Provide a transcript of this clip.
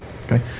Okay